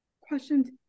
questions